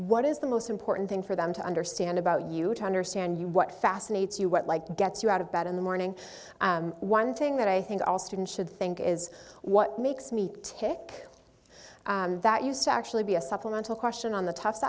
what is the most important thing for them to understand about you to understand you what fascinates you what like gets you out of bed in the morning one thing that i think all students should think is what makes me tick that used to actually be a supplemental question on the t